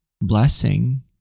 blessing